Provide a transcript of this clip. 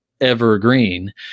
evergreen